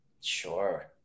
Sure